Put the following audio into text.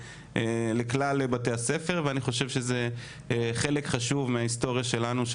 לכלל בתי הספר ואני חושב שזה חלק חשוב מההיסטוריה שלנו,